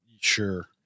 Sure